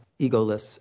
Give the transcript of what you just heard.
egoless